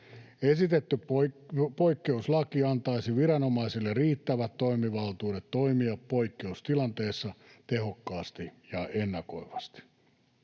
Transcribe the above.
Esitetty poikkeuslaki antaisi viranomaisille riittävät toimivaltuudet toimia poikkeustilanteessa tehokkaasti ja ennakoivasti.